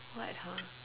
what ha